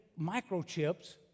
microchips